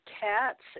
cats